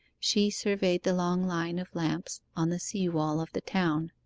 she surveyed the long line of lamps on the sea-wall of the town,